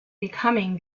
becoming